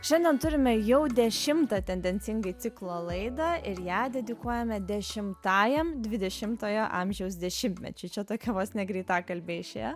šiandien turime jau dešimtą tendencingai ciklo laidą ir ją dedikuojame dešimtajam dvidešimtojo amžiaus dešimtmečiui čia tokia vos ne greitakalbė išėjo